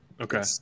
okay